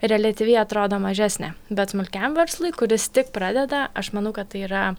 reliatyviai atrodo mažesnė bet smulkiam verslui kuris tik pradeda aš manau kad tai yra